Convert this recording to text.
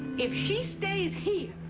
if she stays here,